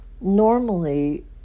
normally